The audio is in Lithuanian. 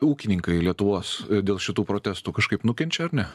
ūkininkai lietuvos dėl šitų protestų kažkaip nukenčia ar ne